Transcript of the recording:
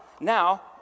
Now